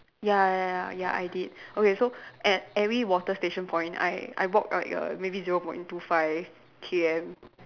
ya ya ya I did okay so at every water station point I I walked like a maybe zero point two five K_M